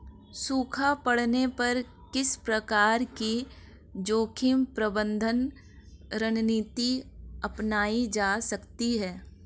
सूखा पड़ने पर किस प्रकार की जोखिम प्रबंधन रणनीति अपनाई जा सकती है?